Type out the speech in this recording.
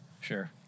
Sure